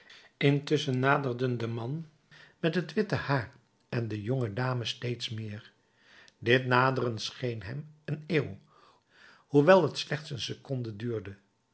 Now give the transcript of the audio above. intusschen naderden de man met het witte haar en de jonge dame steeds meer dit naderen scheen hem een eeuw hoewel t slechts een seconde duurde